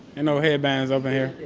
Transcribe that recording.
no headbands up in here.